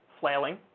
flailing